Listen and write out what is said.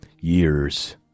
years